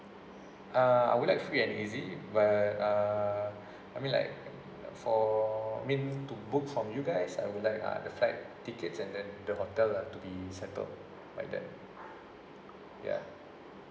ah I would like free and easy but uh I mean like for I mean to book from you guys I would like uh the flight tickets and then the hotel are to be settled by them ya